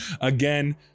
Again